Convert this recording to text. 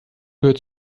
gehört